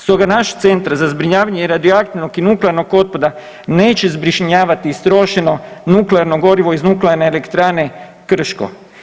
Stoga naš Centar za zbrinjavanje radioaktivnog i nuklearnog otpada neće zbrinjavati istrošeno nuklearno gorivo iz Nuklearne elektrane Krško.